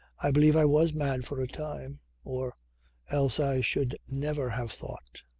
i believe i was mad for a time or else i should never have thought.